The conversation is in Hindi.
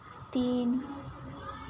तीन